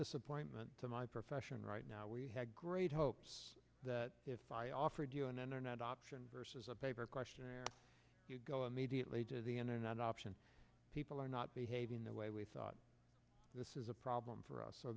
disappointment in my profession right now we had great hopes that if i offered you an internet option versus a paper questionnaire go immediately to the internet option people are not behaving the way we thought this is a problem for us so